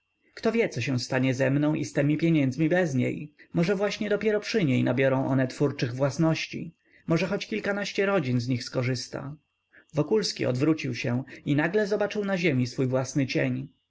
kto wie co się stanie ze mną i z temi pieniędzmi bez niej może właśnie dopiero przy niej nabiorą one twórczych własności może choć kilkanaście rodzin z nich skorzysta wokulski odwrócił się i nagle zobaczył na ziemi swój własny cień